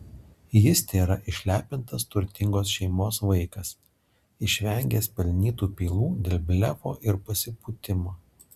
jis tėra išlepintas turtingos šeimos vaikas išvengęs pelnytų pylų dėl blefo ir pasipūtimo